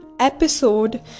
episode